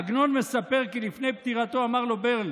עגנון מספר כי לפני פטירתו אמר לו ברל